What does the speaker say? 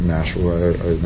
Nashville